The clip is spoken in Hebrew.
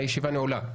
הישיבה נעולה.